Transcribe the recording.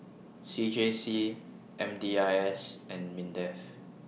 C J C M D I S and Mindef